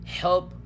help